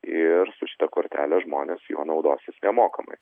ir su šita kortele žmonės juo naudosis nemokamai